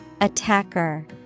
Attacker